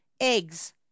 Eggs